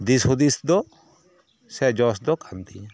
ᱫᱤᱥᱦᱩᱫᱤᱥ ᱫᱚ ᱥᱮ ᱡᱚᱥ ᱫᱚ ᱠᱟᱱ ᱛᱤᱧᱟᱹ